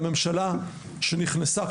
לממשלה שנכנסה,